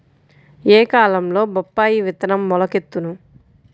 ఏ కాలంలో బొప్పాయి విత్తనం మొలకెత్తును?